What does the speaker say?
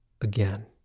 Again